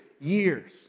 years